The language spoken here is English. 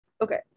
Okay